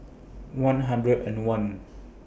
one hundred and one